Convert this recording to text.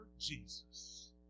Jesus